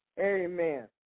Amen